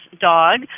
dog